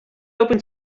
open